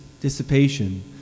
dissipation